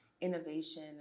innovation